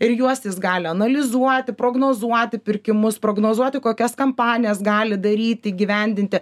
ir juos jis gali analizuoti prognozuoti pirkimus prognozuoti kokias kampanijas gali daryti įgyvendinti